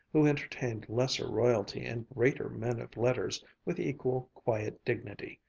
who entertained lesser royalty and greater men of letters with equal quiet dignity,